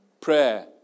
prayer